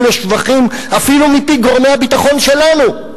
לשבחים אפילו מפי גורמי הביטחון שלנו,